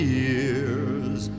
years